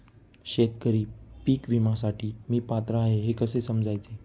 शेतकरी पीक विम्यासाठी मी पात्र आहे हे कसे समजायचे?